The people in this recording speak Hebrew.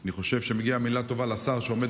אני חושב שמגיעה מילה טובה לשר, שעומד